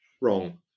wrong